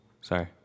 Sorry